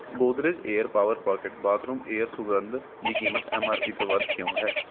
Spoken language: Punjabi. Godrej air power pocket bathroom air ਸੁਗੰਧ ਦੀ ਕੀਮਤ ਐੱਮ ਆਰ ਪੀ ਤੋਂ ਵੱਧ ਕਿਉਂ ਹੈ